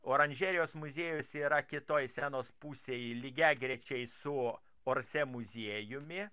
oranžerijos muziejus yra kitoj senos pusėj lygiagrečiai su orsė muziejumi